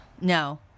no